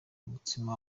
umutsima